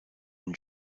une